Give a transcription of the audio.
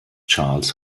charles